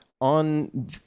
on